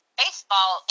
baseball